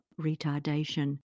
retardation